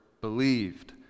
believed